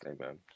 amen